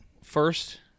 first